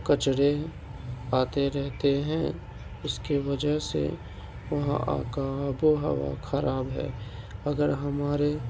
کچرے آتے رہتے ہیں اس کی وجہ سے وہاں کا آب و ہوا خراب ہے اگر ہمارے